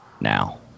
Now